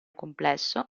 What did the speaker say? complesso